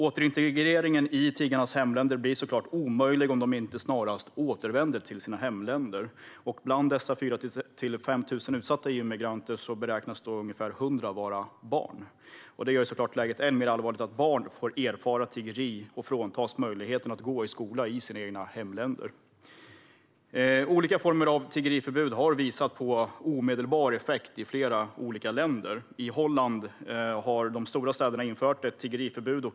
Återintegreringen i tiggarnas hemländer blir såklart omöjlig om de inte snarast återvänder till sina hemländer. Bland dessa 4 000-5 000 utsatta EU-migranter beräknas ungefär 100 vara barn. Det gör givetvis läget ännu mer allvarligt att barn får erfara tiggeri och fråntas möjligheten att gå i skola i sina hemländer. Olika former av tiggeriförbud har visat på omedelbar effekt i flera olika länder. I Holland har de stora städerna infört tiggeriförbud.